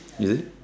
is it